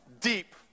deep